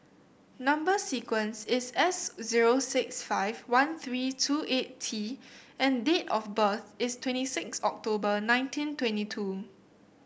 number sequence is S zero six five one three two eight T and date of birth is twenty six October nineteen twenty two